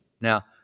Now